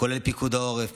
כולל פיקוד העורף,